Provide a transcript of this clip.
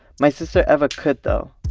my sister eva could though.